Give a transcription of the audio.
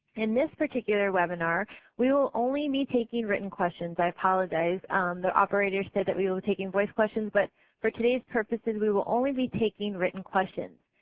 in this particular webinar we will only be taking written questions. i apologize the operator said that we were taking voice questions but for todayis purposes we will only be taking written questions.